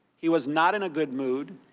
he was not in a good mood,